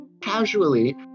casually